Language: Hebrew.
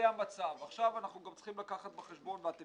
אנחנו גם צריכים לקחת בחשבון את הנתונים,